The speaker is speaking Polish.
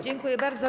Dziękuję bardzo.